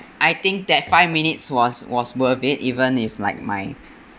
I think that five minutes was was worth it even if like my